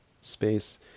space